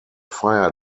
fire